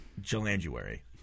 January